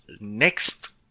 Next